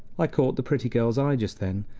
i caught the pretty girl's eye just then,